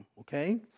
Okay